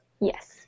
Yes